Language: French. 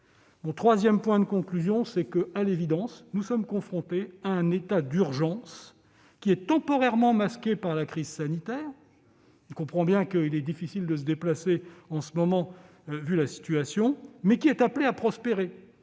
qui est difficile à comprendre. À l'évidence, nous sommes confrontés à un état d'urgence qui est temporairement masqué par la crise sanitaire- on comprend bien qu'il est difficile de se déplacer en ce moment, vu la situation -, mais qui est appelé à prospérer,